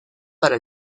para